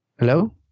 Hello